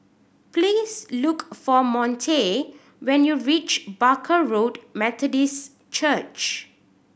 please look for Monte when you reach Barker Road Methodist Church